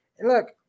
Look